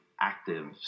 active